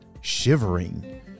shivering